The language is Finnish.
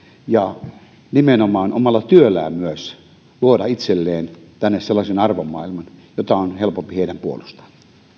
ja nimenomaan omalla työllään myös luomaan itselleen tänne sellaisen arvomaailman jota on helpompi heidän puolustaa